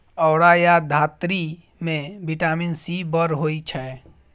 औरा या धातृ मे बिटामिन सी बड़ होइ छै